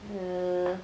err